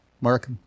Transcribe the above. Mark